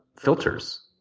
filters.